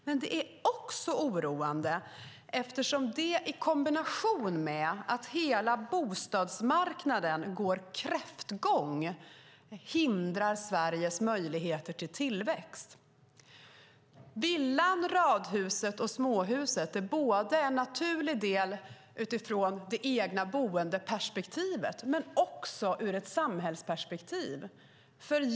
Men det är oroande också därför att det i kombination med att hela bostadsmarknaden går kräftgång hindrar Sveriges möjligheter till tillväxt. Villan, radhuset och småhuset är en naturlig del både utifrån det egna boendeperspektivet och ur ett samhällsperspektiv.